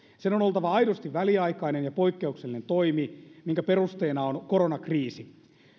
sen on oltava aidosti väliaikainen ja poikkeuksellinen toimi minkä perusteena on koronakriisi